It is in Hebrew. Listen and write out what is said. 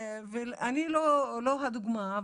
ואני לא הדוגמה,